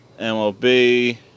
MLB